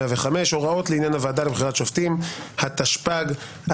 היום כ"ז באדר תשפ"ג,